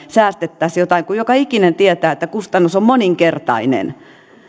säästettäisiin jotain kun joka ikinen tietää että kustannus on moninkertainen